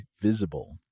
visible